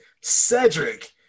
Cedric